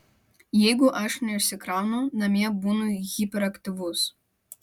jeigu aš neišsikraunu namie būnu hiperaktyvus